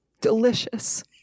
Delicious